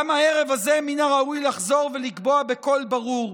גם הערב הזה מן הראוי לחזור ולקבוע בקול ברור: